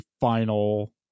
final